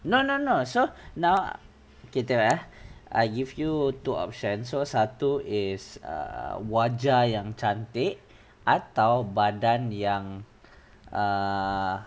no no no so now okay jap ah I give you two options so satu is err wajah yang cantik atau badan yang err